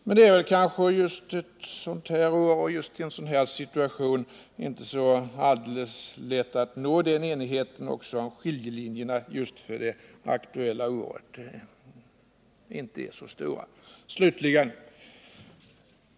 Men just ett sådant här år och just i en sådan här situation är det inte så alldeles lätt att nå den enigheten, också om skiljelinjerna inte är så stora.